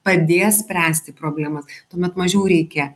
padės spręsti problemas tuomet mažiau reikia